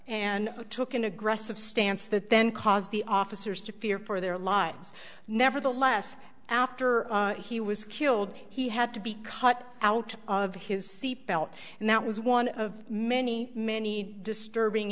and took an aggressive stance that then caused the officers to fear for their lives nevertheless after he was killed he had to be cut out of his seat belt and that was one of many many disturbing